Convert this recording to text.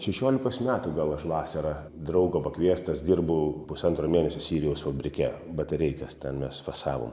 šešiolikos metų gal aš vasarą draugo pakviestas dirbau pusantro mėnesio sirijaus fabrike batareikas ten mes fasavom